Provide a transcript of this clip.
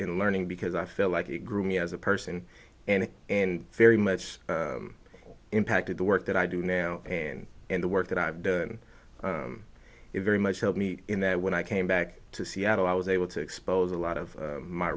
in learning because i felt like a group me as a person and and very much impacted the work that i do now and the work that i've done it very much helped me in that when i came back to seattle i was able to expose a lot of my